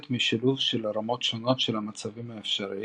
משילוב של רמות שונות של המצבים האפשריים,